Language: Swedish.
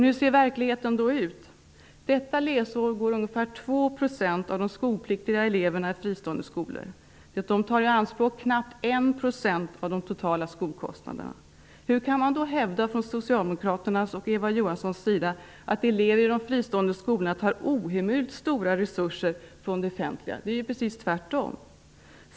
Hur ser verkligheten ut? Detta läsår går ungefär De tar i anspråk knappt 1 % av de totala skolkostnaderna. Hur kan man då, från Socialdemokraternas och Eva Johanssons sida, hävda att elever i de fristående skolorna tar ohemult stora resurser från det offentliga. Det är ju precis tvärtom.